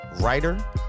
writer